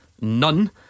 none